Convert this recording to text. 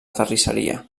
terrisseria